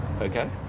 Okay